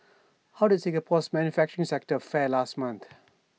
how did Singapore's manufacturing sector fare last month